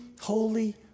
holy